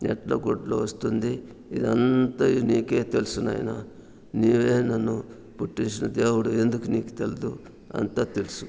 ఎట్ల గొడ్లు వస్తుంది ఇదంతయు నీకే తెలుసు నాయన నీవే నన్ను పుట్టించిన దేవుడవు ఎందుకు నీకు తెలియదు అంతా తెలుసు అని